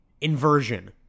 inversion